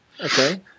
Okay